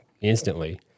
instantly